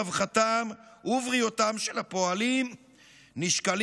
רווחתם ובריאותם של הפועלים נשקלים